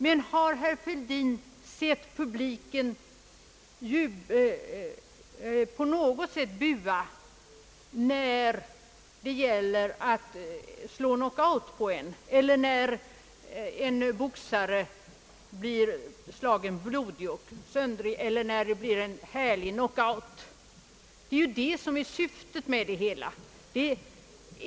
Men har herr Fälldin sett publiken på något sätt bua när det sla gits knockout på en boxare eller när en boxare blivit slagen blodig och söndrig? I boxningen ingår ju som ett väsentligt moment att skada motståndaren.